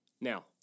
Now